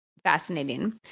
fascinating